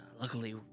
Luckily